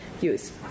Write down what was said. use